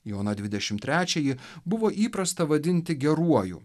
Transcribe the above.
joną dvidešimt trečiąjį buvo įprasta vadinti geruoju